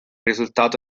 risultato